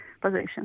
position